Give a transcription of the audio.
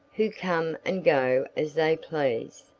who come and go as they please,